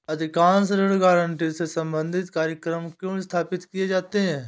अधिकांशतः ऋण गारंटी से संबंधित कार्यक्रम क्यों स्थापित किए जाते हैं?